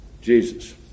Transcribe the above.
Jesus